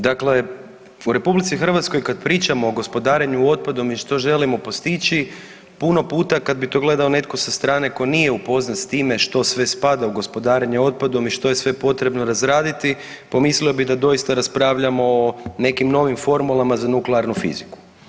Dakle, u RH kad pričamo o gospodarenju otpadom i što želimo postići puno puta kad bi to gledao netko sa strane ko nije upoznat s time što sve spada u gospodarenje otpadom i što je sve potrebno razraditi pomislio bi da doista raspravljamo o nekim novim formulama za nuklearnu fiziku.